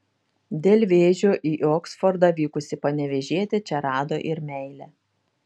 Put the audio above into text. dėl vėžio į oksfordą vykusi panevėžietė čia rado ir meilę